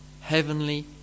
heavenly